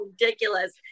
ridiculous